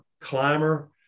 climber